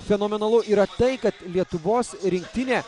fenomenalu yra tai kad lietuvos rinktinė